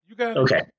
okay